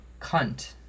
cunt